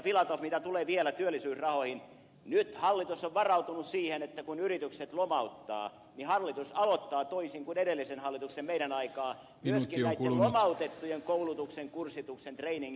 filatov mitä tulee vielä työllisyysrahoihin nyt hallitus on varautunut siihen että kun yritykset lomauttavat niin hallitus aloittaa toisin kuin edellisen hallituksen aikaan myöskin näiden lomautettujen koulutuksen kurssituksen trainingin